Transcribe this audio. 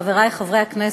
חברי חברי הכנסת,